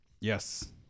Yes